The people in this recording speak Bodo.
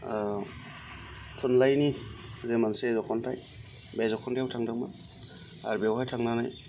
थुनलाइनि जे मोनसे जख'न्थाय बे जख'न्थायाव थांदोंमोन आरो बेवहाय थांनानै